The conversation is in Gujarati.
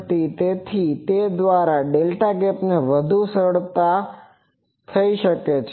તેથી તે દ્વારા ડેલ્ટા ગેપ વધુ સરળતાથી થઈ શકે છે